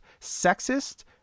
sexist